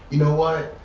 you know what?